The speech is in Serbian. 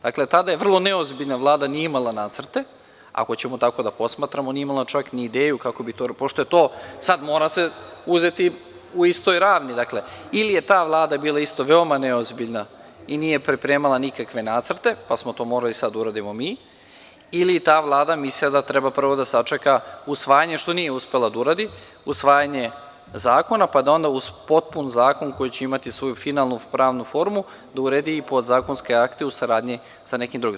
Dakle, tada vrlo neozbiljna Vlada nije imala nacrte, ako ćemo tako da posmatramo, nije imala čak ni ideju, pošto se to sada mora uzeti u istoj ravni, ili je ta Vlada bila vrlo neozbiljna i nije pripremala nikakve nacrte, pa smo to morali da uradimo mi, ili je ta Vlada mislila da treba prvo da sačeka usvajanje zakona, što nije uspela da uradi, pa da onda uz potpun zakon, koji će imati svoju finalnu pravnu formu, da uredi podzakonske akte u saradnji sa nekim drugim.